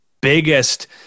biggest